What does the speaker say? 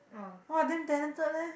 !wah! then talented leh